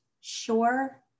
Sure